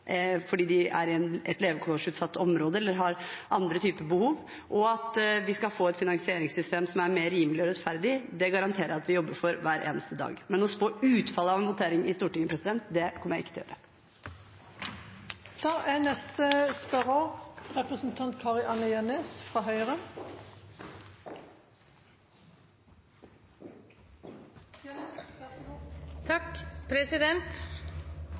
fordi de er i et levekårsutsatt område eller har andre type behov, og at vi skal få et finansieringssystem som er mer rimelig og rettferdig, det garanterer jeg at vi jobber for hver eneste dag. Å spå utfallet av en votering i Stortinget, det kommer jeg ikke til å